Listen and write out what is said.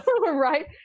right